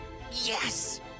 Yes